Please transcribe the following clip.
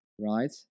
right